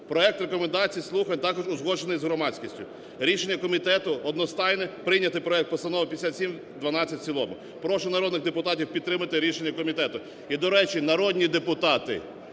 Проект рекомендацій слухань також узгоджений з громадськістю, рішення комітету одностайне, прийняти проект постанови 5712 в цілому. Прошу народних депутатів підтримати рішення комітету.